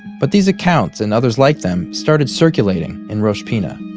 but these accounts, and others like them, started circulating in rosh pinna.